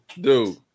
Dude